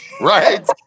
Right